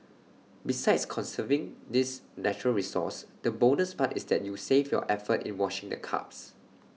besides conserving this natural resource the bonus part is that you save your effort in washing the cups